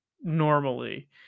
normally